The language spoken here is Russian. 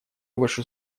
выше